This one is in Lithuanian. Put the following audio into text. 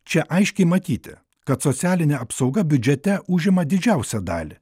čia aiškiai matyti kad socialinė apsauga biudžete užima didžiausią dalį